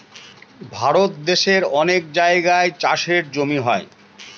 ভারত দেশের অনেক জায়গায় চাষের জমি হয়